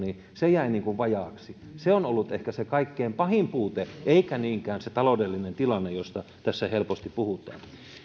jäi vajaaksi on ollut ehkä se kaikkein pahin puute ei niinkään se taloudellinen tilanne josta tässä helposti puhutaan